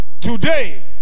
today